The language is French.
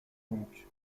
donc